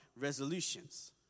resolutions